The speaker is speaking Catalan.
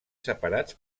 separats